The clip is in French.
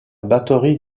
batterie